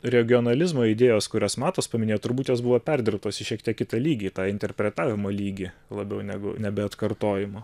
regionalizmo idėjos kurias matas paminėjo turbūt jos buvo perdirbtos į šiek tiek kitą lygį tą interpretavimo lygį labiau negu nebe atkartojimo